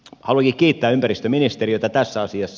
haluankin kiittää ympäristöministeriötä tässä asiassa